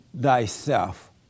thyself